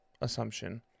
assumption